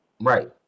right